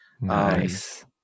Nice